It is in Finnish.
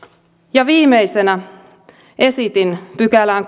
viimeisenä esitin kolmanteenkymmenenteenyhdeksänteen pykälään